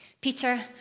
Peter